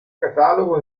catalogo